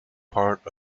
part